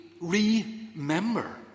remember